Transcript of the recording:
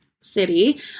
city